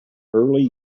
early